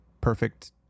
perfect